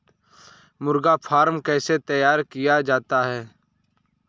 मुर्गी फार्म कैसे तैयार किया जाता है?